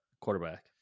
quarterback